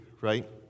right